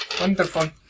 Wonderful